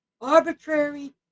arbitrary